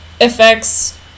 effects